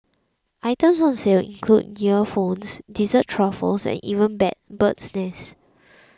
items on sale include earphones dessert truffles and even bird's nest